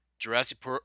Jurassic